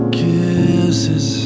kisses